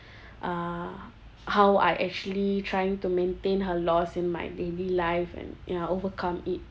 uh how I actually trying to maintain her loss in my daily life and ya overcome it